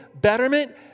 betterment